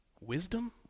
Wisdom